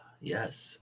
yes